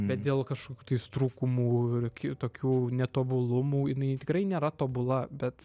bet dėl kašokių tais trūkumų ir kitokių netobulumų jinai tikrai nėra tobula bet